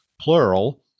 plural